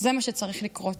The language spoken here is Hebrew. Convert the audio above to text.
זה מה שצריך לקרות.